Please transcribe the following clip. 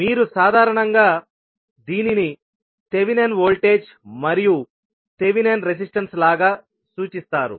మీరు సాధారణంగా దీనిని థెవెనిన్ వోల్టేజ్ మరియు థెవెనిన్ రెసిస్టెన్స్ లాగా సూచిస్తారు